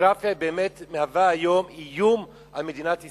הדמוגרפיה היום מהווה איום על מדינת ישראל.